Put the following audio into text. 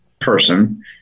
person